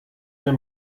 mir